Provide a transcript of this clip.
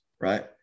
Right